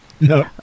no